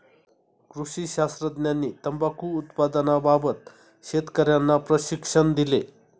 कृषी शास्त्रज्ञांनी तंबाखू उत्पादनाबाबत शेतकर्यांना प्रशिक्षण दिले